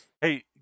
Hey